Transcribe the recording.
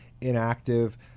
inactive